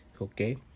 Okay